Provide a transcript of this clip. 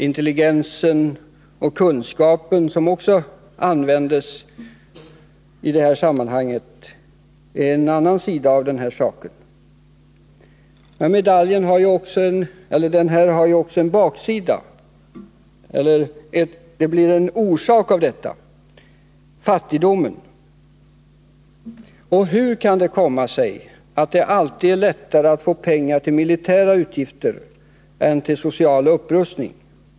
Intelligensen och kunskapen som används i sammanhanget är en annan sida av saken. En annan är att de oerhörda rustningarna förorsakar fattigdom. Hur kan det komma sig att det alltid är lättare att få pengar till militära utgifter än till social upprustning?